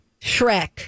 Shrek